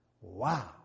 Wow